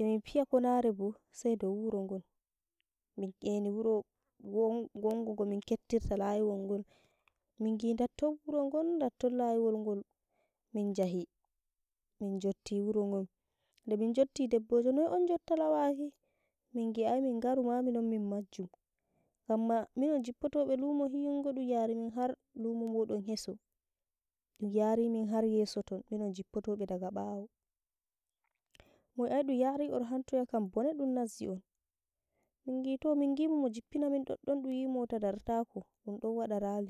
E min piya konare bo sai dow wuro gon, min eini wuro won- wonga gamin keptirta layiwol ngol, mingi ndatton wurogon ndatton layiwol ngol minjahi minjotti wuro gon, ndemin jotti debbojo noye on jottolawaki? mingi ai mingaruma minon min majju gamma minon jopportobe lumo hingo ɗum yari min har lumo moɗon heso, ɗum yarimin har yeso ton minon jippotobe daga ɓawo. Mowi ai ɗum yari on har toya kam bone ɗum nazzi on, mingi tomingimo mo jippina min ɗoɗɗon wunwi mota dartako ɗum ɗon waɗa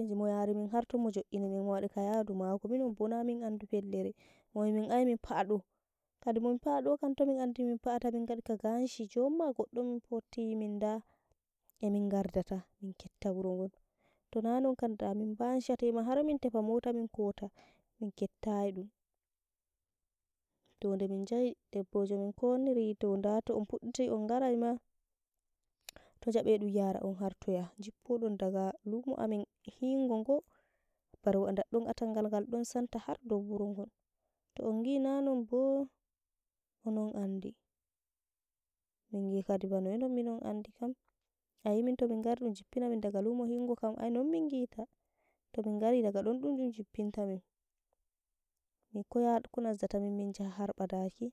nji mo yarimin har ton mo jo'ini min mowaɗi ka yadu mako, minon bo na min andi fellere, mowimin ai min pa'a ɗo, kadi min pa'a ɗo kam tomin pa'ata, mingaɗi ka ganshi, jon ma rogon, tonanon kam da min gansha harmin tefa mota min ko ta min kettayi ɗum. To demin jahi debbojo min konniri wito nda to'on pudditi on garai ma to jabe ɗum yara'on har toya, jippodon daga lumo amin hingo go, barwa nɗaɗɗon atalgal ɗon har dow wurogon, to'ongi nanon boo, on non andi mingi kadi banoye min andi kam, ayi daga tomin ngari ɗum jippinamin daga lumo hingo kam ai non min gita, tomin ngari daga ɗon ɗum ɗun jippinta min, min koya ko nazzatamin min jaha har ɓadaki.